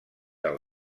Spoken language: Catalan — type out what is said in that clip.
del